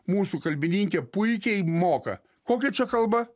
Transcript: mūsų kalbininkė puikiai moka kokia čia kalba